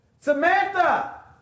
Samantha